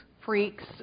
freaks